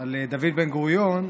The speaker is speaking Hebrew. על דוד בן-גוריון,